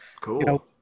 Cool